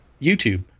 YouTube